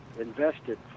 invested